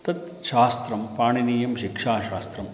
तत् शास्त्रं पाणिनीयं शिक्षाशास्त्रम्